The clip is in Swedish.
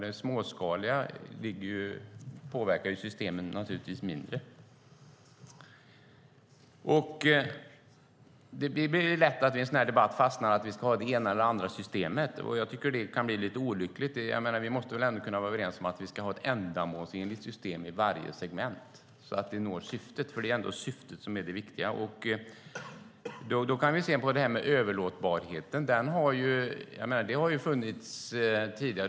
Det småskaliga påverkar naturligtvis systemen mindre. Det blir lätt att vi i en sådan här debatt fastnar i att vi ska ha det ena eller andra systemet. Jag tycker att det kan bli lite olyckligt. Vi måste väl kunna vara överens om att vi ska ha ett ändamålsenligt system i varje segment, så att vi når syftet. Det är ändå syftet som är det viktiga. Överlåtbarheten har funnits tidigare.